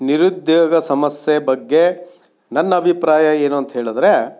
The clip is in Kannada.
ನಿರುದ್ಯೋಗ ಸಮಸ್ಯೆ ಬಗ್ಗೆ ನನ್ನ ಅಭಿಪ್ರಾಯ ಏನೂಂತ ಹೇಳಿದ್ರೆ